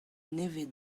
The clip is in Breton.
nevez